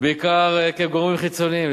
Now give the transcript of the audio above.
בעיקר עקב גורמים חיצוניים,